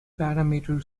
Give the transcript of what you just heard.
parameter